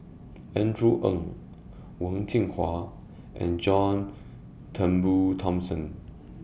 Andrew Ang Wen Jinhua and John Turnbull Thomson